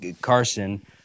Carson